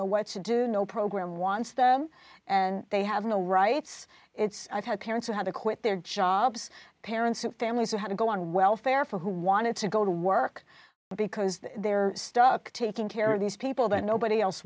know what to do no program wants them and they have no rights it's i've had parents who had to quit their jobs parents who families who had to go on welfare for who wanted to go to work because they're stuck taking care of these people that nobody else